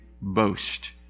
boast